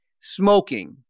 smoking